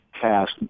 Cast